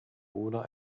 bruder